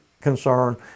concern